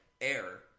air